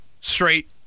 straight